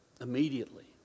immediately